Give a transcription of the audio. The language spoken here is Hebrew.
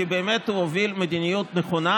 כי הוא באמת הוביל מדיניות נכונה,